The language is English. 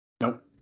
nope